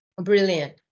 Brilliant